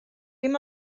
dim